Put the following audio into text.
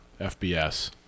FBS